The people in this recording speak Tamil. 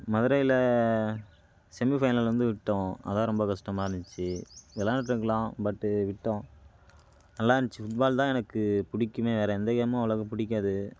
மதுரையில் செமி ஃபைனல் வந்து விட்டோம் அதுதான் ரொம்ப கஷ்டமா இருந்துச்சு விளாண்டுருக்லாம் பட்டு விட்டோம் நல்லாருந்ச்சி ஃபுட்பால் தான் எனக்கு பிடிக்குமே வேற எந்த கேமும் அவ்வளோக்கு பிடிக்காது